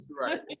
Right